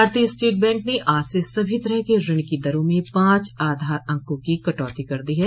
भारतीय state bank ने आज से सभी तरह के ऋण की दरों में पांच आधार अंकों की कटौती कर दी है